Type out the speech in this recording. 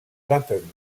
vingtaine